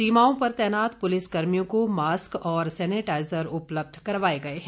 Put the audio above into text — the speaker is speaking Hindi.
सीमाओं पर तैनात पुलिस कर्मियों को मास्क और सैनेटाईजर उपलब्ध करवाए गए हैं